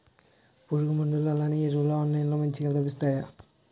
పురుగు మందులు అలానే ఎరువులు ఆన్లైన్ లో మంచిగా లభిస్తాయ?